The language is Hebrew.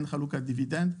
אין חלוקת דיבידנד.